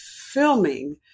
filming